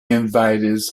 invaders